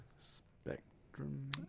Spectrum